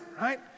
right